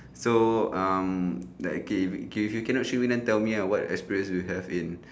so um that okay okay if you cannot show me then tell me uh what experience you have in